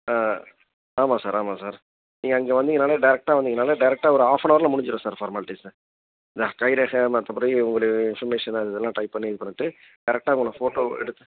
ஆ ஆமாம் சார் ஆமாம் சார் நீங்கள் அங்கே வந்தீங்கன்னால் டேரெக்ட்டாக வந்தீங்கன்னால் டேரெக்ட்டாக ஒரு ஆஃப் அண்ட் அவரில் முடிஞ்சிடும் சார் ஃபார்மாலிட்டிஸு இந்த கைரேகை மற்றபடி உங்களுடைய இன்ஃபர்மேஷன் அந்த இதலாம் டைப் பண்ணி இது பண்ணிட்டு கரெக்டாக உங்களை ஃபோட்டோ எடுத்து